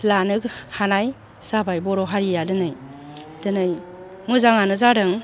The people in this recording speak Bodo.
लानो हानाय जाबाय बर' हारिया दोनै दोनै मोजाङानो जादों